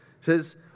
says